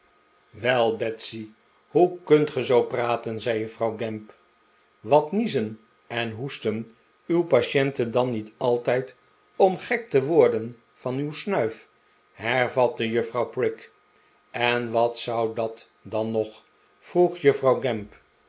wel betsy hoe kunt ge zoo praten zei juffrouw gamp wat niezen en hoesten uw patienten dan niet altijd om gek te worden van uw snuif hervatte juffrouw prig en wat zou dat dan nog vroeg juffrouw gamp